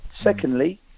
Secondly